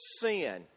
sin